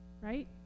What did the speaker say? right